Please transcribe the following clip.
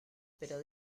pero